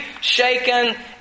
shaken